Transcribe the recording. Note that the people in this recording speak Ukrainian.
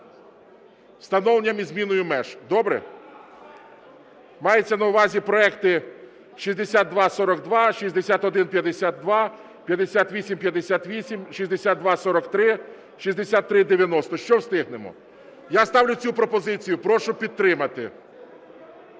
встановленням і зміною меж. Добре? Мається на увазі проекти 6242, 6152, 5858, 6243, 6390, що встигнемо. Я ставлю цю пропозицію, прошу підтримати.